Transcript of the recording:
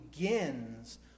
begins